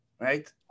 right